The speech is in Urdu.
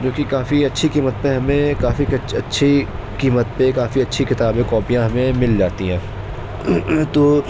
جوکہ کافی اچھی قیمت پہ ہمیں کافی اچھی قیمت پہ کافی اچھی کتابیں کاپیاں ہمیں مل جاتی ہیں تو